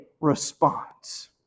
response